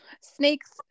Snakes